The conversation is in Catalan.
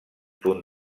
punt